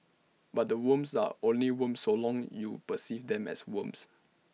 but the worms are only worms so long you perceive them as worms